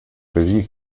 regie